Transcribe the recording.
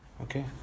okay